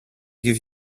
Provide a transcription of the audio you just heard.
give